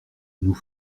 nous